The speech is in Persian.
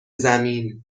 زمین